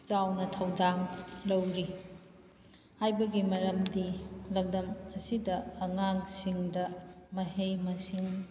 ꯆꯥꯎꯅ ꯊꯧꯗꯥꯡ ꯂꯧꯔꯤ ꯍꯥꯏꯕꯒꯤ ꯃꯔꯝꯗꯤ ꯂꯝꯗꯝ ꯑꯁꯤꯗ ꯑꯉꯥꯡꯁꯤꯡꯗ ꯃꯍꯩ ꯃꯁꯤꯡ